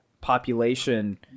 population